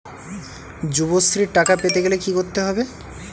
যুবশ্রীর টাকা পেতে গেলে কি করতে হবে?